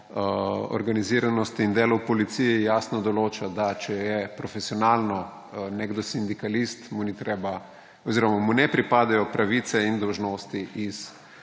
organiziranosti in delu v policiji jasno določa, da če je profesionalno nekdo sindikalist, mu ne pripadajo pravice in dolžnosti iz